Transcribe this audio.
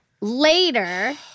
Later